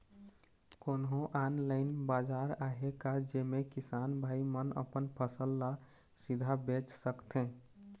कोन्हो ऑनलाइन बाजार आहे का जेमे किसान भाई मन अपन फसल ला सीधा बेच सकथें?